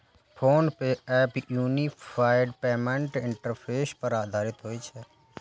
PhonePe app unified payments interface पर आधारित होइ छै